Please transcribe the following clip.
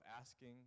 asking